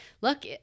look